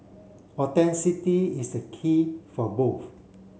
is the key for both